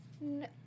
No